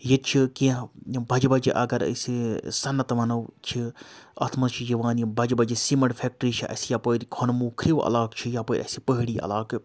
ییٚتہِ چھِ کینٛہہ بَجہِ بَجہِ اگر أسہِ صنعت وَنو چھِ اَتھ منٛز چھِ یِوان یہِ بَجہِ بَجہِ سیٖمنٛٹ فیکٹِرٛی چھِ اَسہِ یَپٲرۍ کھۄنمو کھِرٛو علاقہٕ چھِ یَپٲرۍ اَسہِ پہٲڑی علاقہٕ